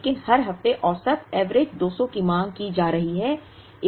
लेकिन हर हफ्ते औसत 200 की मांग की जा रही है